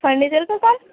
furniture کا کام